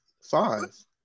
Five